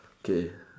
K